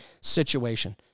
situation